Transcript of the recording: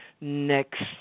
next